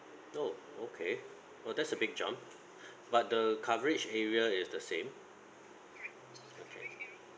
oh okay oh that's a big jump but the coverage area is the same okay